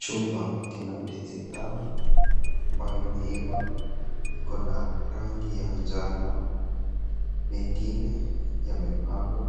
Chumba kina ndizi tamu ambayo imeiva. Iko na rangi ya njano. Mengine yamepangwa